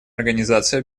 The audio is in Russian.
организации